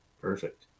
Perfect